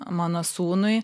mano sūnui